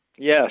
Yes